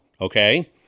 Okay